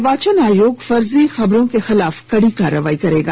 निर्वाचन आयोग फर्जी खबरों के खिलाफ कड़ी कार्रवाई करेगा